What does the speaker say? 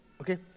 okay